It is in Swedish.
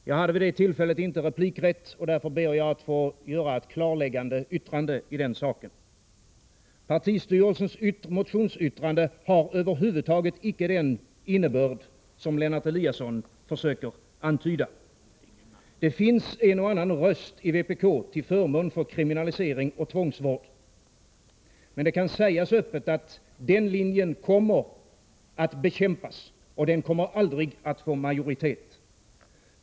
Jag hade vid det tillfället inte replikrätt, och därför ber jag att få göra en klarläggande deklaration i saken. Partistyrelsens yttrande över motionerna har över huvud taget icke den innebörd som Ingemar Eliasson försöker antyda. Det finns en och annan röst inom vpk till förmån för kriminalisering och tvångsvård. Men det kan sägas öppet att den linjen kommer att bekämpas, och den kommer aldrig att få majoritet.